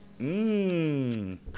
Mmm